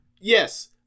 Yes